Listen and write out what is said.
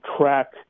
track